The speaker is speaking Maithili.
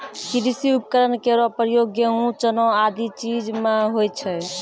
कृषि उपकरण केरो प्रयोग गेंहू, चना आदि चीज म होय छै